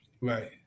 Right